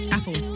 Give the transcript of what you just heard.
Apple